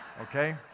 Okay